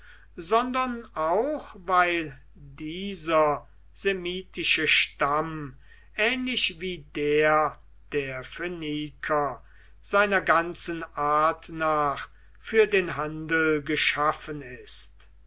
sondern auch weil dieser semitische stamm ähnlich wie der der phöniker seiner ganzen art nach für den handel geschaffen ist